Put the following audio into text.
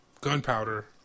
gunpowder